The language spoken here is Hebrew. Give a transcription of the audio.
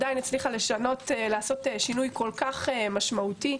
עדיין הצליחה לעשות שינוי כל כך משמעותי,